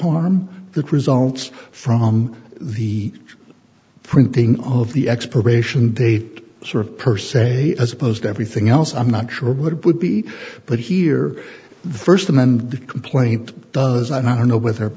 that results from the printing of the expiration date sort of per se as opposed everything else i'm not sure what it would be but here the first amendment complaint does and i don't know whether